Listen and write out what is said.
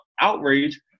outrage